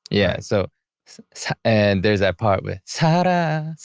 yeah, so and there's that part with sala.